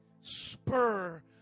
spur